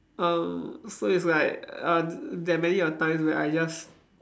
um so it's like uh there many of times where I just